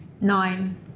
Nine